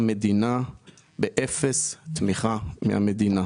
עם אפס תמיכה מהמדינה.